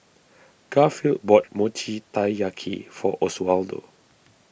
Garfield bought Mochi Taiyaki for Oswaldo